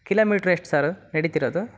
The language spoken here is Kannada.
ಕಿಲೋಮೀಟ್ರ್ ಎಷ್ಟು ಸಾರು ನಡೀತಿರೋದು